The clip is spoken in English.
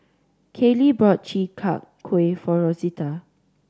Kayli bought Chi Kak Kuih for Rosita